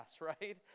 right